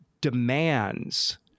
demands